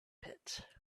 pit